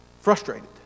frustrated